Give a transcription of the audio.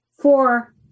four